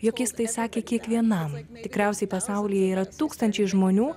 jog jis tai sakė kiekvienam tikriausiai pasaulyje yra tūkstančiai žmonių